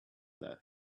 left